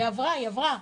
היא עברה, היא עברה.